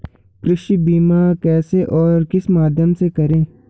कृषि बीमा कैसे और किस माध्यम से करें?